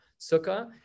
sukkah